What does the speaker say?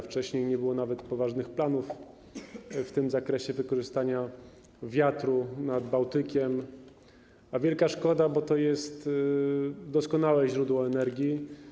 Wcześniej nie było nawet poważnych planów w zakresie wykorzystania wiatru nad Bałtykiem, a wielka szkoda, bo to jest doskonałe źródło energii.